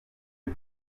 est